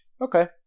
okay